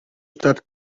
stadt